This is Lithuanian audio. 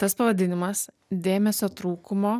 tas pavadinimas dėmesio trūkumo